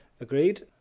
agreed